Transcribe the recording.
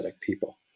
people